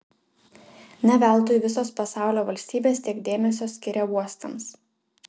ne veltui visos pasaulio valstybės tiek dėmesio skiria uostams